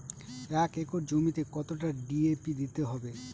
এক একর জমিতে কতটা ডি.এ.পি দিতে হবে?